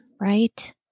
Right